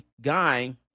guy